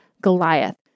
Goliath